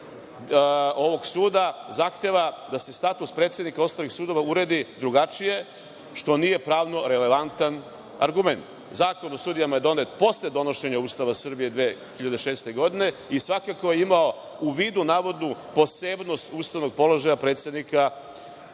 ovog suda zahteva da se status predsednika osnovnih sudova uredi drugačije što nije pravno relevantan argument. Zakon o sudijama je donet posle donošenja Ustava Srbije 2006. godine i imao je u vidu navodnu posebnost ustavnog položaja predsednika